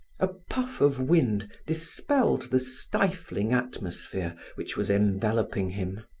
a puff of wind dispelled the stifling atmosphere which was enveloping him.